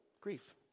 grief